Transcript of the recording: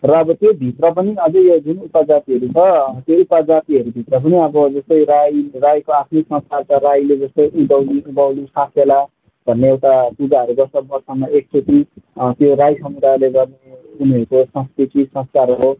र अब त्योभित्र पनि अझै यो जुन उपजातिहरू छ त्यो उपजातिहरूभित्र पनि अब जस्तै राई राईको आफ्नै संस्कार छ राईले जस्तै उधौँली उभौँली साकेला भन्ने एउटा पूजाहरू गर्छ वर्षमा एकचोटि त्यो राई समुदायले गर्ने उनीहरूको संस्कृति संस्कार हो